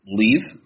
leave